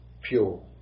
pure